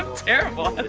terrible